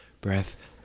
breath